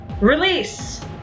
Release